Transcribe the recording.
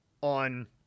on